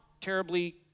terribly